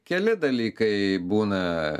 keli dalykai būna